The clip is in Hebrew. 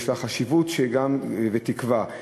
יש לה חשיבות וגם תקווה.